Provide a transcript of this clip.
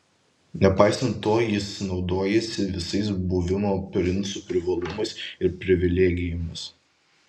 nepaisant to jis naudojasi visais buvimo princu privalumais ir privilegijomis